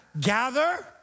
Gather